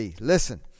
listen